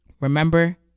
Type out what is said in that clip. remember